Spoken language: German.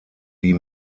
die